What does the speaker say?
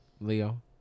Leo